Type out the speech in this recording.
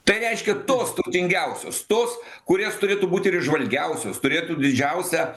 tai reiškia tos turtingiausios tos kurios turėtų būti ir įžvalgiausios turėtų didžiausią